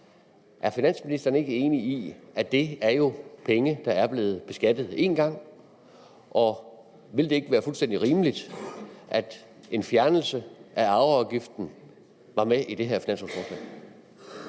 Er finansministeren ikke enig i, at det jo er penge, der er blevet beskattet én gang, og ville det ikke være fuldstændig rimeligt, at en fjernelse af arveafgiften var med i det her finanslovforslag?